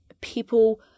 people